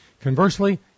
Conversely